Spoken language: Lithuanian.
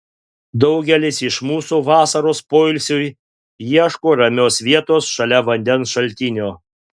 daugelis iš mūsų vasaros poilsiui ieško ramios vietos šalia vandens šaltinio